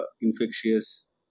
infectious